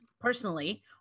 personally